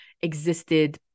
existed